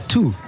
Two